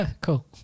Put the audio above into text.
Cool